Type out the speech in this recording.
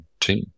team